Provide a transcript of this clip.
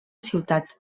ciutat